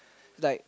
like